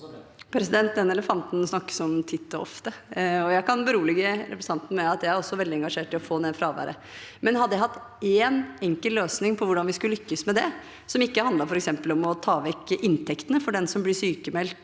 Den elefanten snakkes det om titt og ofte, og jeg kan berolige representanten med at jeg også er veldig engasjert i å få ned fraværet. Hadde jeg hatt en enkel løsning på hvordan vi skal lykkes med det – og som ikke handler om f.eks. å ta vekk inntektene for den som blir sykmeldt,